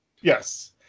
Yes